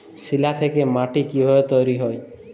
শিলা থেকে মাটি কিভাবে তৈরী হয়?